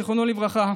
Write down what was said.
זיכרונו לברכה,